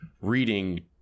reading